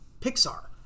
Pixar